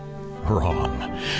Wrong